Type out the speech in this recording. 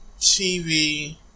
TV